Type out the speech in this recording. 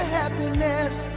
happiness